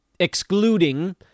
Excluding